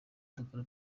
dukora